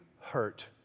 hurt